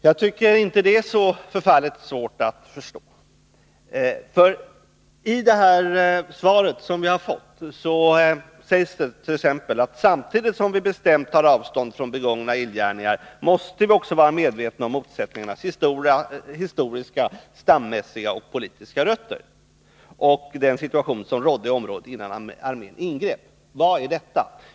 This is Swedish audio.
Jag tycker inte att det är så förfärligt svårt att förstå den kritiken, för i det svar som vi fått sägs t.ex.: ”Samtidigt som vi bestämt tar avstånd från begångna illgärningar måste vi också vara medvetna om motsättningarnas historiska, stammässiga och politiska rötter och den situation som rådde i området innan armén ingrep.” Vad är detta?